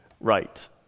right